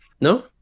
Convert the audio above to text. No